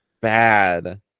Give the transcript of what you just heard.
bad